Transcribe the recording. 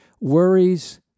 Worries